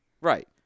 Right